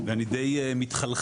ואני די מתחלחל,